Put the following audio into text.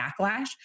backlash